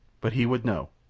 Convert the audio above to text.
but he would know.